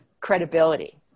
credibility